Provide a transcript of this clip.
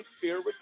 fear